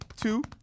two